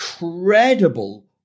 incredible